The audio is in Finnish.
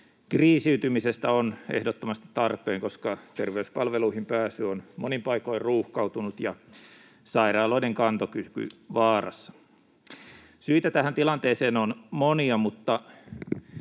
kriisiytymisestä on ehdottomasti tarpeen, koska terveyspalveluihin pääsy on monin paikoin ruuhkautunut ja sairaaloiden kantokyky vaarassa. Syitä tähän tilanteeseen on monia, mutta